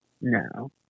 no